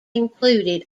included